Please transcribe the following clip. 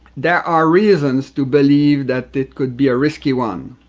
there are reasons to believe that it could be a risky one.